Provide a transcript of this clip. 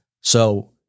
So-